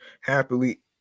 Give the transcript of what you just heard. happily